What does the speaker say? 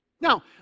Now